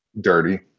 dirty